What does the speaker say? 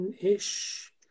ish